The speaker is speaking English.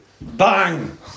Bang